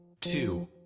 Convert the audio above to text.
two